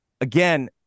again